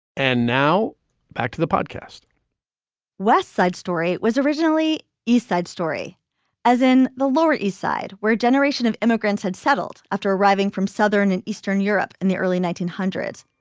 and now back to the podcast west side story it was originally east side story as in the lower east side where a generation of immigrants had settled after arriving from southern and eastern europe in the early nineteen hundreds.